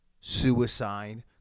suicide